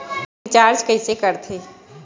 Recharge कइसे कर थे?